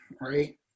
right